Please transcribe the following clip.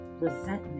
resentment